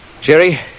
Jerry